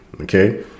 Okay